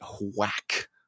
whack